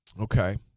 Okay